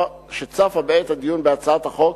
שצפה בעת הדיון בהצעת החוק,